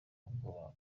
ubwoba